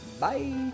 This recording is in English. Bye